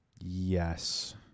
yes